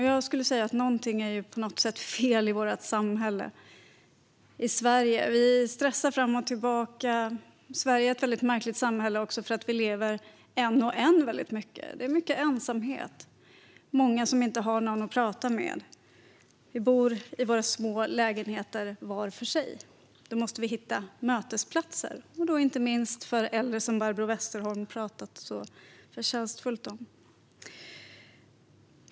Jag skulle säga att någonting är på något sätt fel i vårt samhälle i Sverige. Vi stressar fram och tillbaka. Sverige är ett väldigt märkligt samhälle också för att vi lever en och en väldigt mycket. Det är mycket ensamhet. Det är många som inte har någon att prata med. Vi bor i våra små lägenheter var för sig. Vi måste hitta mötesplatser, och då inte minst för äldre, som Barbro Westerholm pratat så förtjänstfullt om.